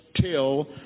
till